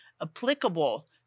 applicable